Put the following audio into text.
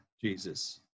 Jesus